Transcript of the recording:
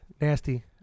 nasty